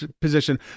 position